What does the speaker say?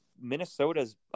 Minnesota's –